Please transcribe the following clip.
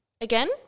again